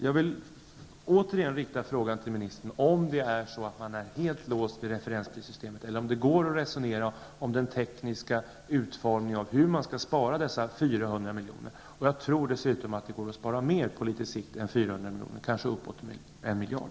Jag vill återigen fråga ministern, om regeringen är helt låst vid referensprissystemet eller om det går att resonera om den tekniska utformningen av hur man skall spara dessa 400 miljoner Jag tror dessutom att det på litet sikt går att spara mer -- kanske uppemot 1 miljard.